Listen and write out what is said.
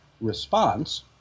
response